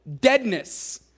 deadness